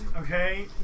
Okay